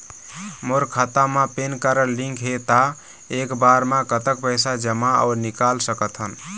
मोर खाता मा PAN card link हे ता एक बार मा कतक पैसा जमा अऊ निकाल सकथन?